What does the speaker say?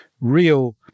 real